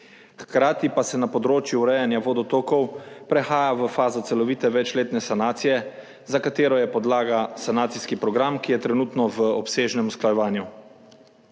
Hkrati pa se na področju urejanja vodotokov prehaja v fazo celovite večletne sanacije, za katero je podlaga sanacijski program, ki je trenutno v obsežnem usklajevanju.